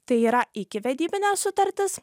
tai yra ikivedybinė sutartis